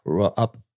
up